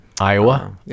iowa